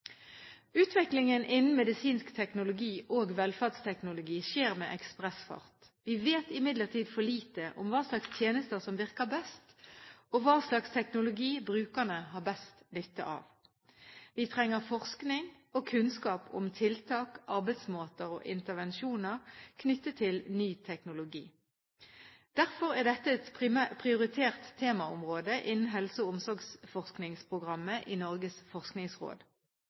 Utviklingen innen medisinsk teknologi og velferdsteknologi skjer med ekspressfart. Vi vet imidlertid for lite om hva slags tjenester som virker best, og hva slags teknologi brukerne har best nytte av. Vi trenger forskning og kunnskap om tiltak, arbeidsmåter og intervensjoner knyttet til ny teknologi. Derfor er dette et prioritert temaområde innen helse- og omsorgsforskningsprogrammet i Norges forskningsråd.